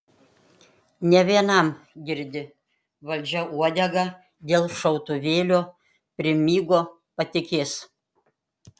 ne vienam girdi valdžia uodegą dėl šautuvėlio primygo patikės